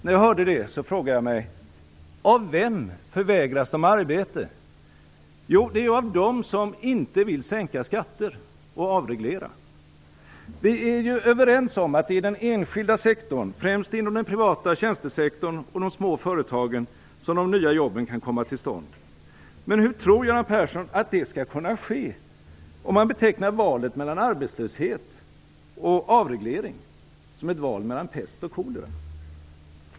När jag hörde det frågade jag mig: Av vem förvägras de arbete? Jo, av dem som inte vill sänka skatter och avreglera. Vi är ju överens om att det är i den enskilda sektorn, främst inom den privata tjänstesektorn och de små företagen, som de nya jobben kan komma till stånd. Hur tror Göran Persson att det skall kunna ske om man betecknar valet mellan arbetslöshet och avreglering som ett val mellan pest och kolera?